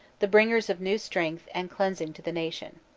the bringers of new strength and cleansing to the nation.